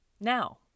Now